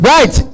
Right